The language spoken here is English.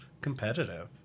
competitive